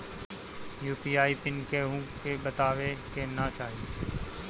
UPI PIN केहू के बतावे के ना चाही